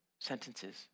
sentences